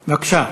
בבקשה.